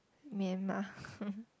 Myanmar